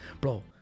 Bro